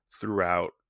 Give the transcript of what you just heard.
throughout